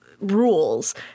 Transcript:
rules